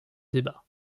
débat